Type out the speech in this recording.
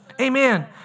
Amen